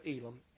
Elam